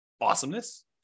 Awesomeness